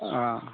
अ